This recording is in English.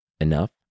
enough